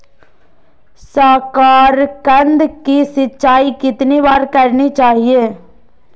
साकारकंद की सिंचाई कितनी बार करनी चाहिए?